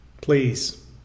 Please